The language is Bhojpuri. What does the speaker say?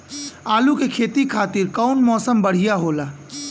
आलू के खेती खातिर कउन मौसम बढ़ियां होला?